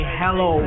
hello